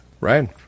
Right